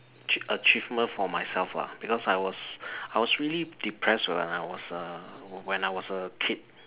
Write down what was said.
achievement for myself lah because I was I was really depressed when I was a kid